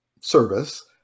service